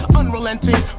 unrelenting